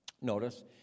notice